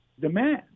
demand